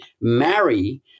marry